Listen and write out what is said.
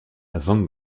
van